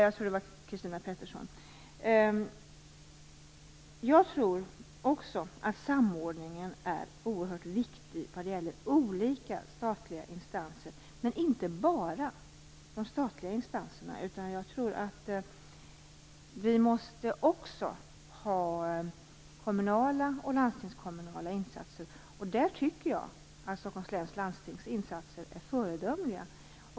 Jag tror att det var Christina Pettersson. Jag tror också att samordningen är oerhört viktig vad gäller olika statliga instanser. Men det gäller inte bara de statliga instanserna. Vi måste också ha kommunala och landstingskommunala insatser. Där tycker jag att Stockholms läns landstings insatser är föredömliga.